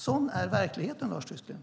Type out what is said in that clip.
Sådan är verkligheten, Lars Tysklind.